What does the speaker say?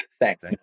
Thanks